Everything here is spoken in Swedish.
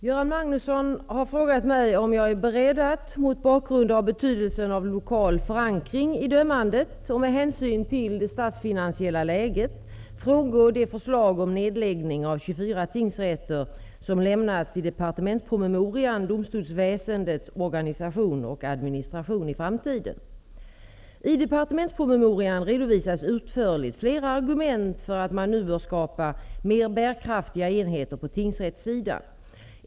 Göran Magnusson har frågat mig om jag är beredd att, mot bakgrund av betydelsen av lokal förankring i dömandet och med hänsyn till det statsfinansiella läget, frångå det förslag om nedläggning av 24 tingsrätter, som lämnats i departementspromemorian Domstolsväsendet -- I departementspromemorian redovisas utförligt flera argument för att man nu bör skapa mer bärkraftiga enheter på tingsrättssidan.